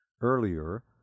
earlier